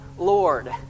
Lord